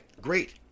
Great